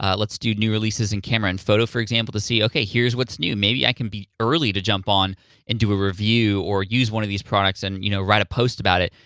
ah let's do new releases in camera and photo, for example, to see, okay, here's what's new. maybe i can be early to jump on and do a review or use one of these products and you know write a post about it.